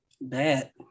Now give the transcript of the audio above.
Bad